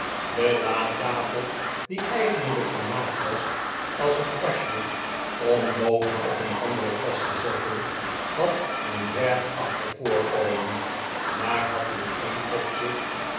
de latafel die eigenlijk gemaakt was als een kastje om boven op een andere kast te zetten had een dwergachtig voorkomen maar had in een opzicht